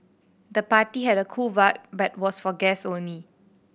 the party had a cool vibe but was for guests only